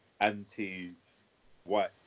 anti-white